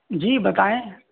جی بتائیں